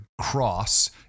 cross